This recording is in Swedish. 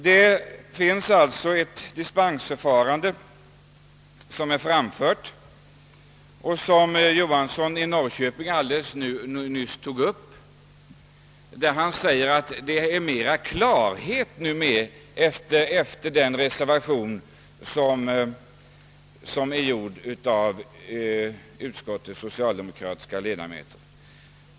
Det talas ju om ett dispensförfarande, och herr Johansson i Norrköping har alldeles nyss hävdat att det råder större klarhet på den punkten genom den reservation som lagts fram av utskottets socialdemokratiska ledamöter.